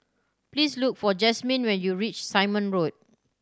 please look for Jasmyne when you reach Simon Road